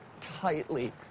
tightly